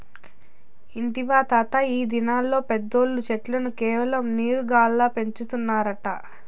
ఇంటివా తాతా, ఈ దినాల్ల పెద్దోల్లు చెట్లను కేవలం నీరు గాల్ల పెంచుతారట